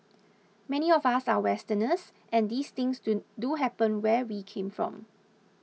many of us are westerners and these things do do happen where we came from